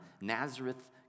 Nazareth